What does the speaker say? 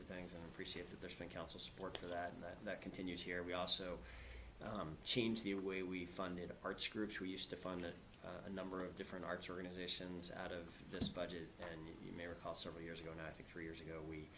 to things and appreciate that there's been council support for that and that that continues here we also change the way we funded arts groups we used to fund a number of different arts organizations out of this budget and you may recall several years ago i think three years ago we